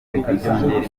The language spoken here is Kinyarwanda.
byongera